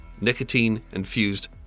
nicotine-infused